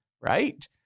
right